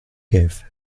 give